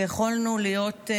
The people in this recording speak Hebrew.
שיכולנו להיות,